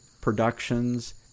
Productions